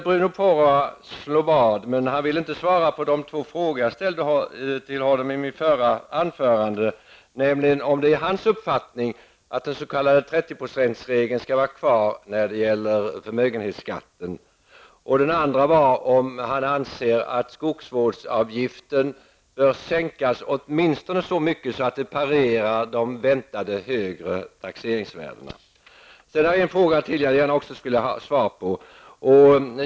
Bruno Poromaa vill slå vad. Men han vill inte svara på de två frågor som jag ställde till honom tidigare. Är det hans uppfattning att den s.k. 30 procentsregeln skall tillämpas när det gäller förmögenhetsskatten? Anser han att skogsvårdsavgiften bör sänkas åtminstone så mycket att den parerar de väntade högre taxeringsvärdena? Jag har en fråga till som jag också vill ha svar på.